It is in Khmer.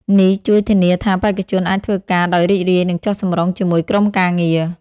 នេះជួយធានាថាបេក្ខជនអាចធ្វើការដោយរីករាយ និងចុះសម្រុងជាមួយក្រុមការងារ។